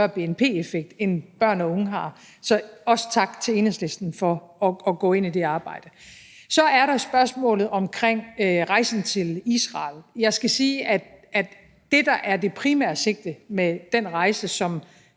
større bnp-effekt, end børn og unge har. Så også tak til Enhedslisten for at gå ind i det arbejde. Så er der spørgsmålet omkring rejsen til Israel. Jeg skal sige, at det, der er det primære sigte med den rejse, som